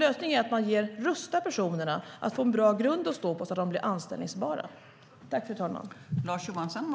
Lösningen är att rusta personerna så att de får en bra grund att stå på och blir anställbara.